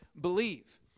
believe